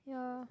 yeah